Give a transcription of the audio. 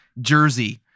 jersey